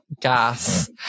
Gas